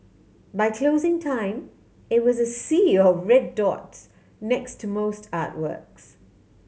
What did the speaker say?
by closing time it was a sea of red dots next to most artworks